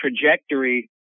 trajectory